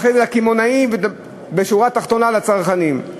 אחרי זה לקמעונאים, ובשורה התחתונה לצרכנים.